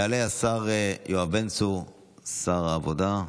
יעלה השר יואב בן צור, שר העבודה,